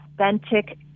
authentic